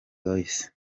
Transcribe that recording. royce